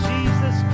Jesus